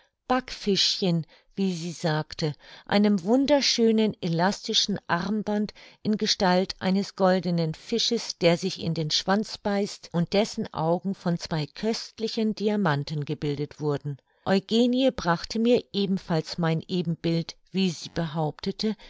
backfischchen wie sie sagte einem wunderschönen elastischen armband in gestalt eines goldenen fisches der sich in den schwanz beißt und dessen augen von zwei köstlichen diamanten gebildet wurden eugenie brachte mir ebenfalls mein ebenbild wie sie behauptete